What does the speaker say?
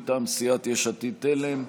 מטעם סיעת יש עתיד-תל"ם,